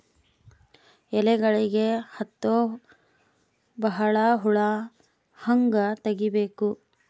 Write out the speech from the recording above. ಎಲೆಗಳಿಗೆ ಹತ್ತೋ ಬಹಳ ಹುಳ ಹಂಗ ತೆಗೀಬೆಕು?